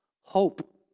Hope